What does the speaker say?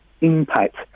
impact